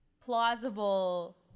plausible